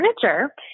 furniture